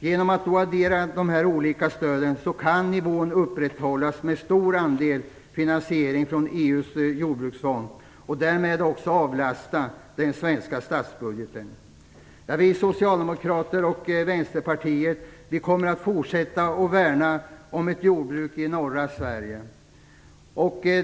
Genom att addera dessa olika stöd kan nivån upprätthållas med en stor andel finansiering från EU:s jordbruksfond. Därmed avlastas också den svenska statsbudgeten. Vi socialdemokrater och vänsterpartister kommer att fortsätta att värna om ett jordbruk i norra Sverige.